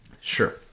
Sure